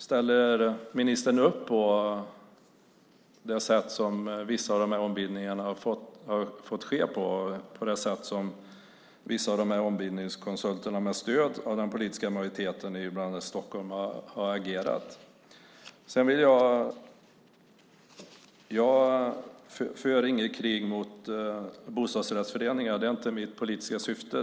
Ställer ministern upp på det sätt på vilket vissa av de här ombildningarna har fått ske och det sätt på vilket vissa av ombildningskonsulterna med stöd av den politiska majoriteten i bland annat Stockholm har agerat? Jag för inget krig mot bostadsrättsföreningar. Det är inte mitt politiska syfte.